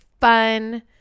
fun